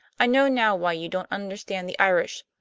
i know now why you don't understand the irish.